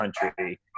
country